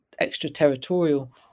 extraterritorial